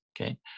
Okay